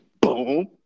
boom